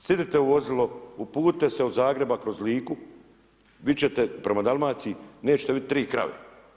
Sjedite u vozilo, uputite se od Zagreba kroz Liku, vidjet ćete, prema Dalmaciji, nećete vidjeti tri krave.